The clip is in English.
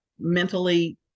mentally